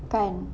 kan